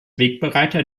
wegbereiter